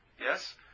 Yes